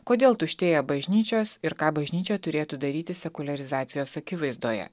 kodėl tuštėja bažnyčios ir ką bažnyčia turėtų daryti sekuliarizacijos akivaizdoje